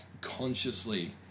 consciously